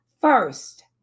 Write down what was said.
First